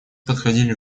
подходили